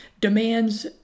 demands